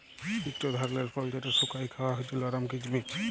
ইকট ধারালের ফল যেট শুকাঁয় খাউয়া হছে লরম কিচমিচ